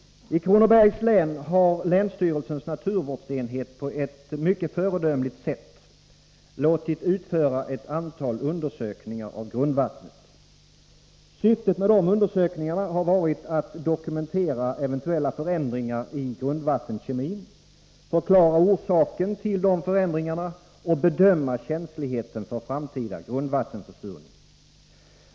I Kronobergs län har länsstyrelsens naturvårdsenhet på ett mycket föredömligt sätt låtit utföra ett antal undersökningar av grundvattnet. Syftet med dessa har varit att dokumentera eventuella förändringar i grundvattenkemin, förklara orsakerna till dessa och bedöma känsligheten för framtida grundvattenförsurning.